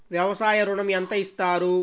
వ్యవసాయ ఋణం ఎంత ఇస్తారు?